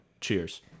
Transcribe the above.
Cheers